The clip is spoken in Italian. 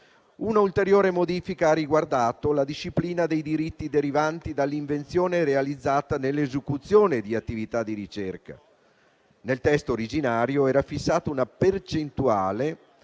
Un'ulteriore modifica ha riguardato la disciplina dei diritti derivanti dall'invenzione realizzata nell'esecuzione di attività di ricerca: nel testo originario era fissata una percentuale